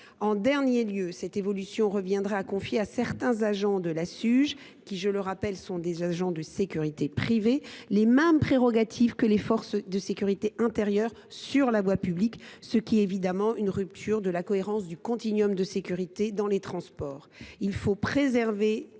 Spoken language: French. En dernier lieu, cette évolution reviendrait à confier à certains agents de la Suge, qui – je le rappelle – sont des agents de sécurité privée, les mêmes prérogatives que les forces de sécurité intérieure sur la voie publique, ce qui est à l’évidence en rupture avec la cohérence du continuum de sécurité dans les transports.